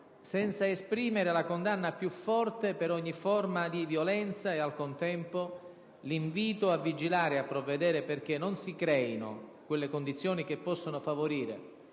senza esprimere la condanna più forte per ogni forma di violenza e, al contempo, l'invito a vigilare e a provvedere perché non si creino quelle condizioni che possono favorire,